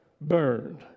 burned